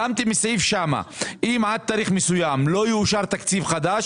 שמתם סעיף שאם עד תאריך מסוים לא יאושר תקציב חדש